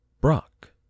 Brock